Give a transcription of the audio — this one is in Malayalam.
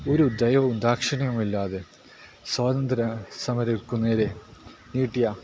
ഒരു ദയവും ദാക്ഷിണ്യവുമില്ലാതെ സ്വാതന്ത്ര്യ സമരക്കാർക്ക് നേരെ നീട്ടിയ